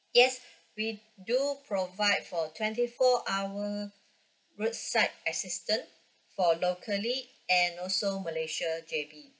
yes we do provide for twenty four hour road side assistant for locally and also malaysia J_B